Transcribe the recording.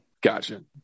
Gotcha